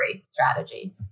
strategy